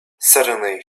suddenly